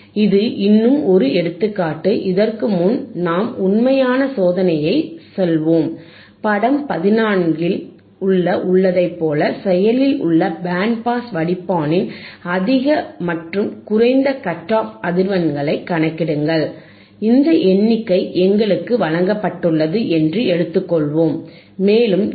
இது இன்னும் ஒரு எடுத்துக்காட்டு இதற்கு முன் நாம் உண்மையான சோதனைக்குச் செல்வோம் படம் 14 இல் உள்ளதைப் போல செயலில் உள்ள பேண்ட் பாஸ் வடிப்பானின் அதிக மற்றும் குறைந்த கட் ஆஃப் அதிர்வெண்களைக் கணக்கிடுங்கள் இந்த எண்ணிக்கை எங்களுக்கு வழங்கப்பட்டுள்ளது என்று எடுத்துக்கொள்வோம் மேலும் எஃப்